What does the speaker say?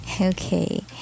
Okay